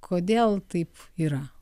kodėl taip yra